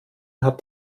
hat